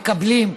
מקבלים,